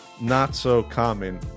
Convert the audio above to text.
not-so-common